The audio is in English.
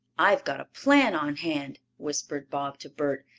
i've got a plan on hand, whispered bob to bert,